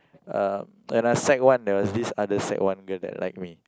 uh when I sec-one there was this other sec-one girl that like me